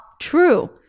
true